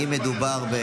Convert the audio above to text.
להמתין שנייה,